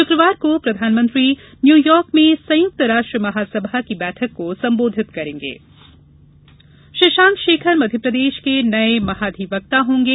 शुक्रवार को प्रधानमंत्री न्यूयार्क में संयुक्त राष्ट्र महासभा की बैठक को संबोधित करेंगे महाधिवक्ता शशाक शेखर मध्यप्रदेश के नये महाधिवक्ता होंगें